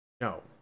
No